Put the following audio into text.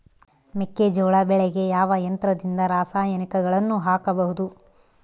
ಮೆಕ್ಕೆಜೋಳ ಬೆಳೆಗೆ ಯಾವ ಯಂತ್ರದಿಂದ ರಾಸಾಯನಿಕಗಳನ್ನು ಹಾಕಬಹುದು?